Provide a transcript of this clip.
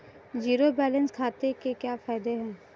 Zero balance खाते के क्या फायदे हैं?